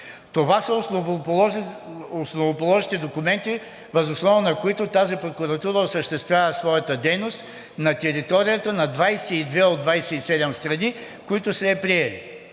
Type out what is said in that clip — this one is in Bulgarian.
Това са основоположните документи, въз основа на които тази прокуратура осъществява своята дейност на територията на 22 от 27 страни, които са я приели.